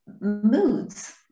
moods